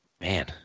man